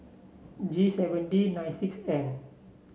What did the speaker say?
G seven D nine six N